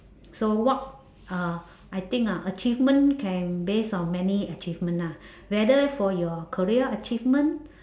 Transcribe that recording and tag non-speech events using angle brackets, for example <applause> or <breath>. so what uh I think ah achievement can based on many achievement ah <breath> whether for your career achievement <breath>